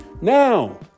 Now